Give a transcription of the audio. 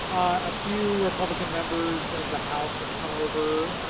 a few republican members of the house of come over.